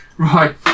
Right